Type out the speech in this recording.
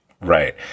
Right